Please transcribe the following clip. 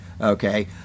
okay